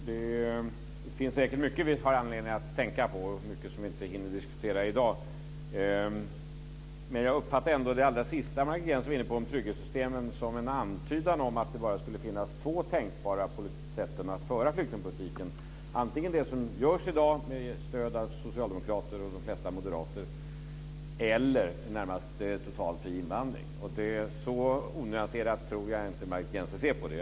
Fru talman! Det finns säkert mycket vi har anledning att tänka på och mycket som vi inte hinner diskutera i dag. Jag uppfattar ändå det allra sista som Margit Gennser var inne på om trygghetssystemen som en antydan om att det bara skulle finnas två tänkbara sätt att föra flyktingpolitiken. Det är antingen det som görs i dag, med stöd av socialdemokrater och de flesta moderater, eller i det närmaste totalt fri invandring. Så onyanserat tror jag inte att Margit Gennser ser på det.